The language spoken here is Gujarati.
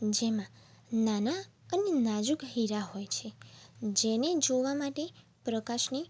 જેમાં નાના અને નાજૂક હીરા હોય છે જેને જોવા માટે પ્રકાશની